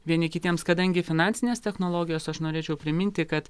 vieni kitiems kadangi finansinės technologijos aš norėčiau priminti kad